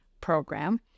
program